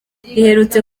iherutse